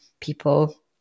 people